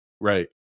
Right